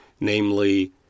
namely